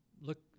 look